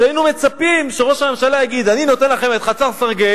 שהיינו מצפים שראש הממשלה יגיד: אני נותן לכם את חצר-סרגיי,